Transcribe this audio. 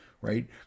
Right